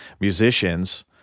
musicians